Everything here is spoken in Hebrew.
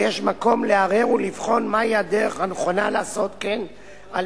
ויש מקום להרהר ולבחון מהי הדרך הנכונה לעשות כן כדי